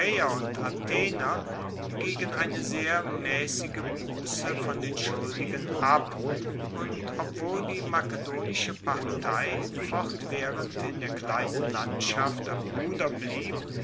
und athener gegen eine sehr maessige busse von den schuldigen ab und obwohl die makedonische partei fortwaehrend in der kleinen landschaft am ruder blieb